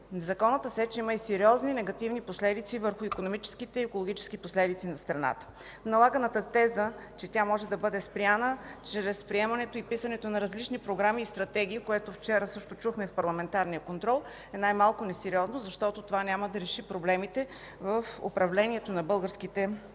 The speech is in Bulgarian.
Незаконната сеч има и сериозни негативни последици върху икономическите и екологически последици на страната. Налаганата теза, че тя може да бъде спряна чрез приемането и писането на различни програми и стратегии, което вчера също чухме в парламентарния контрол, е най-малко несериозно, защото това няма да реши проблемите в управлението на българските гори.